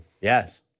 Yes